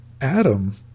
Adam